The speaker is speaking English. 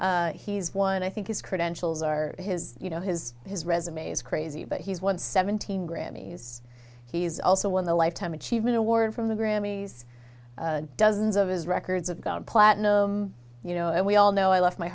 bennett he's won i think his credentials are his you know his his resume is crazy but he's won seventeen grammys he's also won the lifetime achievement award for the grammys dozens of his records of gone platinum you know and we all know i left my